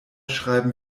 schreiben